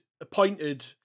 appointed